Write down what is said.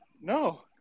no